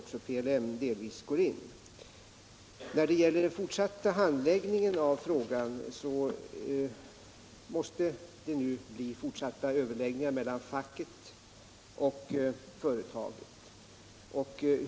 också PLM delvis går in. Vad gäller handläggningen av frågan måste det nu bli fortsatta överläggningar mellan facket och företaget.